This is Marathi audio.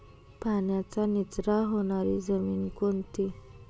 पाण्याचा निचरा होणारी जमीन कोणती?